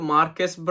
Marcus